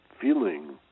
feeling